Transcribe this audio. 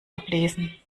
ablesen